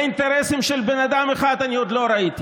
לאינטרסים של בן אדם אחד אני עוד לא ראיתי,